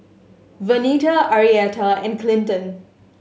Vernita Arietta and Clinton